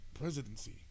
presidency